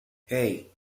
hey